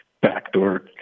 backdoor